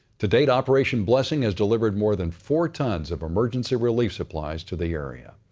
to date, operation blessing has delivered more than four tons of emergency relief supplies to the area.